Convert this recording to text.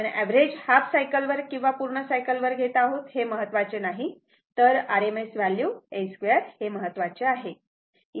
आपण average half cycle वर किंवा पूर्ण सायकल वर घेत आहोत हे महत्त्वाचे नाही तर RMS व्हॅल्यू a2 महत्त्वाचे आहे